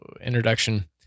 Introduction